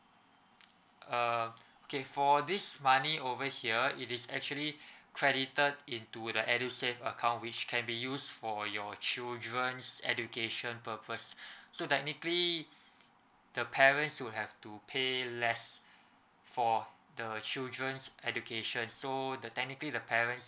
uh okay for this money over here it is actually credited into the edusave account which can be used for your children's education purpose so technically the parents will have to pay less for the children's education so the technically the parents